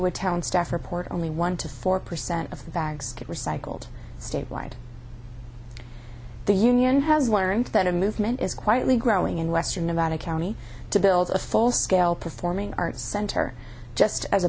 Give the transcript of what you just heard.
a town staff report only one to four percent of the bags get recycled statewide the union has learned that a movement is quietly growing in western nevada county to build a full scale performing arts center just as a